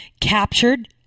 captured